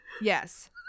yes